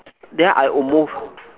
then I almost